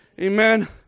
Amen